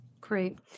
Great